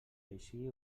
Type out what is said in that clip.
així